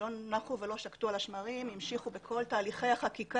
לא נח ולא שקט על השמרים אלא המשיך בכל תהליכי החקיקה,